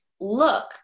look